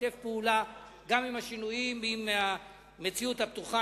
ששיתף פעולה גם עם השינויים ועם המציאות הפתוחה.